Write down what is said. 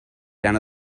down